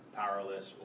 powerless